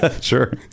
Sure